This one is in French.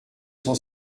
cent